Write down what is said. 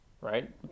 right